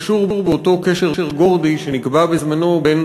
קשור באותו קשר גורדי שנקבע בזמנו בין